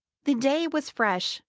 the day was fresh,